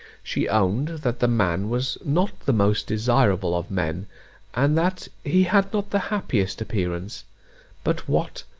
she owned, that the man was not the most desirable of men and that he had not the happiest appearance but what,